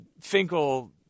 Finkel